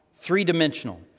three-dimensional